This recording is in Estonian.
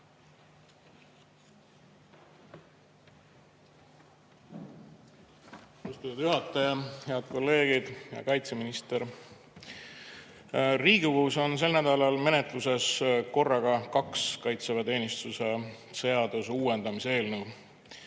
Austatud juhataja! Head kolleegid! Hea kaitseminister! Riigikogus on sel nädalal menetluses korraga kaks kaitseväeteenistuse seaduse uuendamise eelnõu: